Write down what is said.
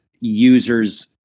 users